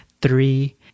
three